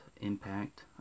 Impact